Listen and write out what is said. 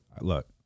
look